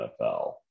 NFL